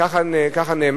ככה נאמר.